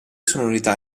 sonorità